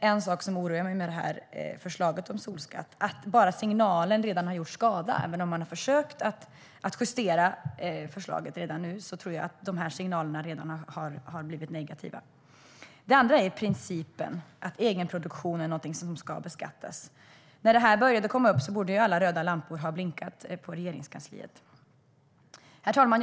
En sak som oroar mig med förslaget om solskatt är att bara signalerna redan har gjort skada. Även om man har försökt justera förslaget redan nu tror jag att de här signalerna redan har blivit negativa. Den andra handlar om principen att egenproduktion är någonting som ska beskattas. När det här började komma upp borde ju alla röda lampor ha blinkat i Regeringskansliet. Herr talman!